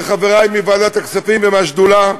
לחברי מוועדת הכספים ומהשדולה,